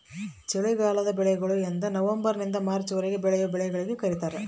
ಚಳಿಗಾಲದ ಬೆಳೆಗಳು ಎಂದನವಂಬರ್ ನಿಂದ ಮಾರ್ಚ್ ವರೆಗೆ ಬೆಳೆವ ಬೆಳೆಗಳಿಗೆ ಕರೀತಾರ